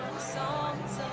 songs